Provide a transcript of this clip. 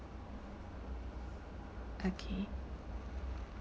okay